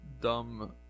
dumb